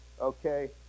Okay